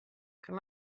can